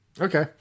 Okay